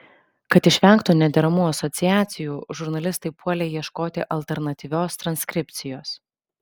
kad išvengtų nederamų asociacijų žurnalistai puolė ieškoti alternatyvios transkripcijos